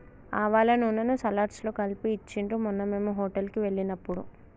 ఆవాల నూనెను సలాడ్స్ లో కలిపి ఇచ్చిండ్రు మొన్న మేము హోటల్ కి వెళ్ళినప్పుడు